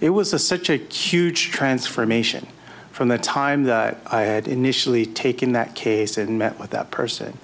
it was a such a huge transformation from the time that i had initially taken that case and met with that person